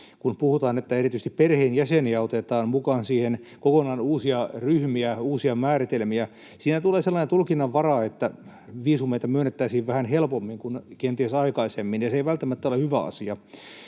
mukaan erityisesti perheenjäseniä, kokonaan uusia ryhmiä, uusia määritelmiä. Siinä tulee sellainen tulkinnanvara, että viisumeita myönnettäisiin vähän helpommin kuin kenties aikaisemmin, ja se ei välttämättä ole hyvä asia.